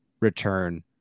return